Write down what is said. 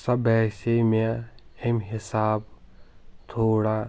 سۄ باسیٚیہِ مےٚ امۍ حِساب تھوڑا